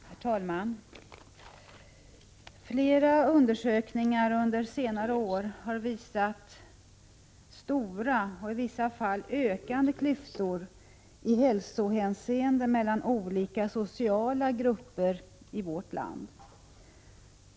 Herr talman! Flera undersökningar under senare år har visat stora — i vissa fall ökande — klyftor i hälsoavseende mellan olika sociala grupper i vårt land.